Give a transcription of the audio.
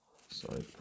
Sorry